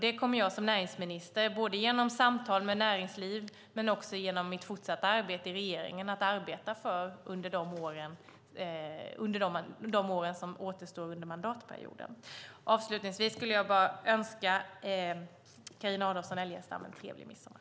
Det kommer jag som näringsminister, både genom samtal med näringslivet och i mitt fortsatta arbete i regeringen, att arbeta för under de år som återstår av mandatperioden. Avslutningsvis vill jag bara önska Carina Adolfsson Elgestam en trevlig midsommar.